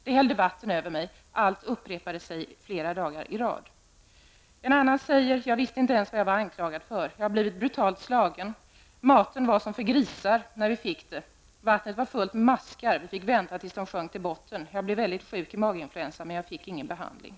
De hällde vatten över mig, och allt upprepade sig flera dagar i rad. En annan säger: Jag visste inte ens vad jag var anklagad för. Jag har blivit brutalt slagen. Maten var som för grisar, när vi fick den. Vattnet var fullt av maskar -- vi fick vänta tills de sjönk till botten. Jag blev väldigt sjuk i maginfluensa, men jag fick ingen behandling.